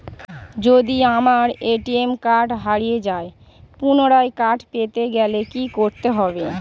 যদি আমার ATM card হারিয়ে যায় পুনরায় কার্ড পেতে গেলে কি করতে হবে?